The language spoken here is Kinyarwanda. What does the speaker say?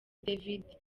david